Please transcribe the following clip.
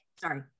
sorry